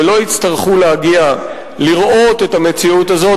ולא יצטרכו להגיע לראות את המציאות הזאת,